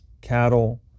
cattle